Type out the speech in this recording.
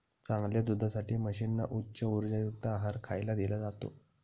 चांगल्या दुधासाठी म्हशींना उच्च उर्जायुक्त आहार खायला दिला जातो